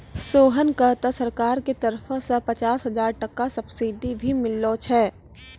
सोहन कॅ त सरकार के तरफो सॅ पचास हजार टका सब्सिडी भी मिललो छै